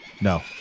no